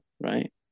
right